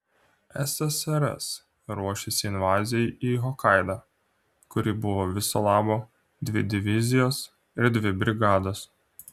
ssrs ruošėsi invazijai į hokaidą kuri buvo viso labo dvi divizijos ir dvi brigados